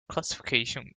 classification